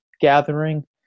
gathering